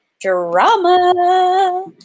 Drama